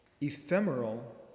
ephemeral